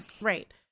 Right